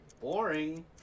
Boring